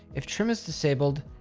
if trim is disabled,